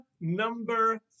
number